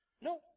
No